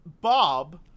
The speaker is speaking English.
Bob